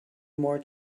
more